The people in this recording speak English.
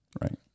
Right